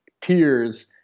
tears